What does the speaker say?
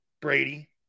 Brady